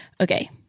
Okay